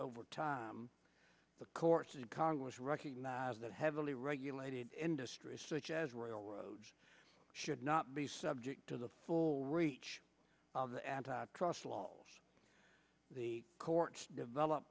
over time the courts and congress recognized that heavily regulated industries such as railroads should not be subject to the full reach of antitrust laws the courts develop